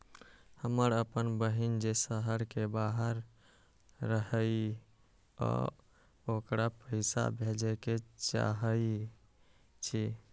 हमर अपन भाई जे शहर के बाहर रहई अ ओकरा पइसा भेजे के चाहई छी